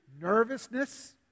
nervousness